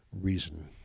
reason